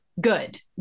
Good